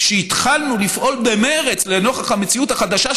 שהתחלנו לפעול במרץ נוכח המציאות החדשה,